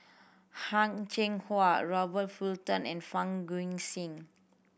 Heng Cheng Hwa Robert Fullerton and Fang Guixiang